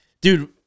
dude